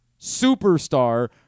superstar